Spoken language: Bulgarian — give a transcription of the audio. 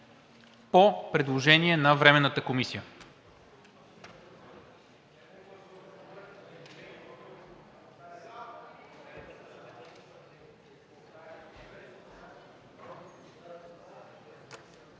по предложение на Временната комисия.